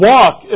Walk